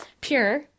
Pure